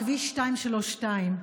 כביש 232,